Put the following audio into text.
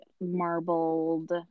marbled